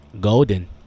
Golden